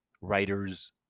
writers